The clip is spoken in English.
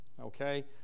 okay